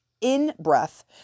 in-breath